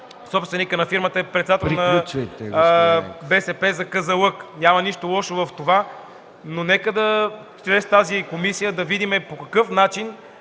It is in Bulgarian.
собственикът на фирмата е председател на БСП за Казанлък. Няма нищо лошо в това, но нека чрез тази комисия да видим по какъв начин